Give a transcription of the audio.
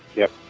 yes.